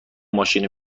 ماشینی